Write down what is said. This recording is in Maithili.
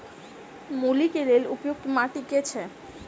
मूली केँ लेल उपयुक्त माटि केँ छैय?